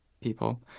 people